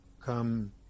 come